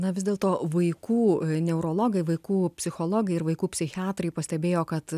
na vis dėlto vaikų neurologai vaikų psichologai ir vaikų psichiatrai pastebėjo kad